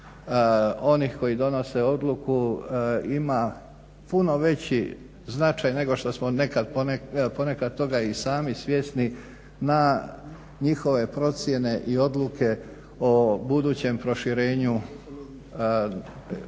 onih koji donose odluku ima puno veći značaj nego što smo ponekad toga i sami svjesni na njihove procjene i odluke o budućem proširenju EU i